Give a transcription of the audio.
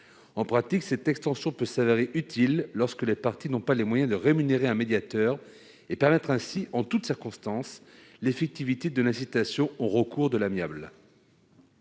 En pratique, cette extension peut se révéler utile lorsque les parties n'ont pas les moyens de rémunérer un médiateur. Elle est de nature à permettre en toutes circonstances l'effectivité de l'incitation au recours à l'amiable.